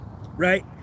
right